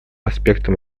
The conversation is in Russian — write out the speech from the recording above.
аспектом